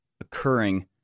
occurring